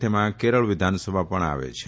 તેમાં કેરાલા વિધાનસભા પણ આવે છે